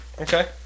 Okay